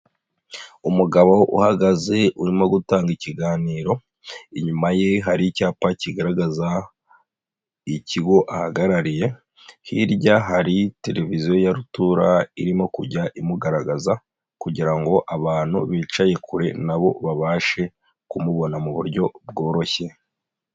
Umugabo uhagaze, urimo gutanga ikiganiro, inyuma ye hari icyapa kigaragaza ikigo ahagarariye, hirya hari televiziyo ya rutura irimo kujya imugaragaza kugira ngo abantu bicaye kure na bo babashe kumubona mu buryo bworoshye.